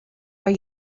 are